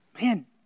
man